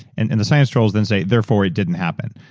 and and the science trolls then say, therefore, it didn't happen,